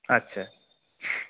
আচ্ছা